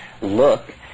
look